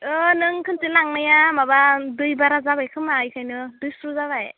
ओ नों खोनसे लांनाया माबा दै बारा जाबाय खोमा एखायनो दैस्रु जाबाय